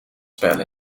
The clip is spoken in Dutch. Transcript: spel